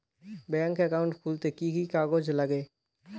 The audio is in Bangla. ব্যাঙ্ক একাউন্ট খুলতে কি কি কাগজ লাগে?